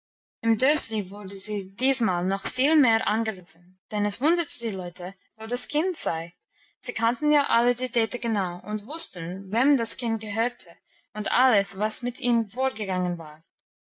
dörfli wurde sie diesmal noch viel mehr angerufen denn es wunderte die leute wo das kind sei sie kannten ja alle die dete genau und wussten wem das kind gehörte und alles was mit ihm vorgegangen war